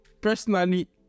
personally